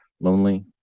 lonely